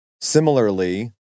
similarly